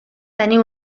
tenir